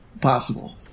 possible